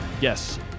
Yes